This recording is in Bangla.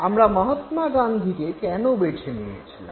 আমরা মহাত্মা গান্ধীকে কেন বেছে নিয়েছিলাম